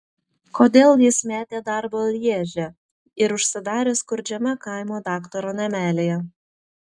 kodėl jis metė darbą lježe ir užsidarė skurdžiame kaimo daktaro namelyje